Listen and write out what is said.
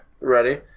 Ready